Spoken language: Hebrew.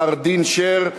מר דין שר,